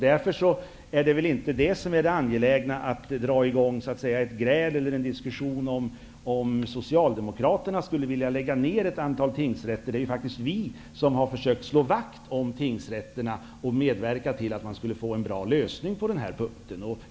Därför är det väl inte så angeläget att dra igång ett gräl eller en diskussion om huruvida Socialdemokraterna vill lägga ned ett antal tingsrätter. Det är faktiskt vi som har försökt att slå vakt om tingsrätterna och medverka till en bra lösning på den punkten.